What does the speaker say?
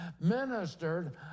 ministered